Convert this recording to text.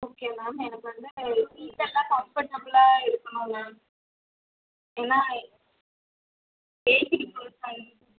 okay ma'am எனக்கு வந்து சீட்டெல்லாம் கம்ஃபர்டபிளாக இருக்கணும் மேம் ஏன்னா ஏஜிடு பெர்சன்